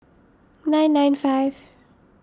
nine nine five